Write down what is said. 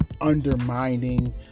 undermining